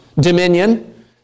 Dominion